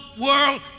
world